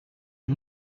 est